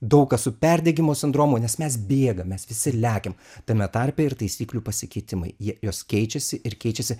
daug kas su perdegimo sindromu nes mes bėgam mes visi lekiam tame tarpe ir taisyklių pasikeitimai jie jos keičiasi ir keičiasi